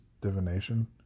divination